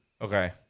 Okay